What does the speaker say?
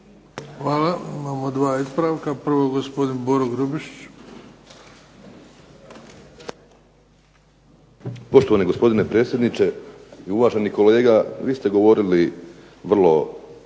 Hvala. Imamo dva ispravka. Prvo gospodin Boro Grubišić.